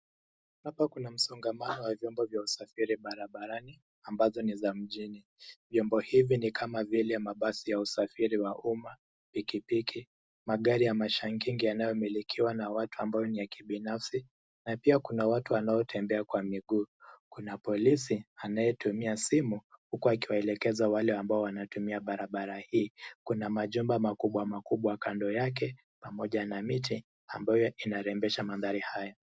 Hapa kuna msongamano wa vyombo vya usafiri barabarani ambazo ni za mjini. Vyombo hivi ni kama vile mabasi ya usafiri wa umma, pikipiki, magari ya mashingingi yanayomilikiwa na watu ambao ni ya kibinafsi na pia kuna watu wanaotembea kwa miguu. Kuna polisi anayetumia simu huku akiwaelekeza wale ambao wanatumia barabara hii. Kuna majumba makubwa makubwa kando yake pamoja na miti ambayo inarembesha mandhari haya.